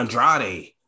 Andrade